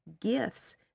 gifts